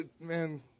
man